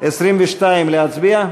22, להצביע?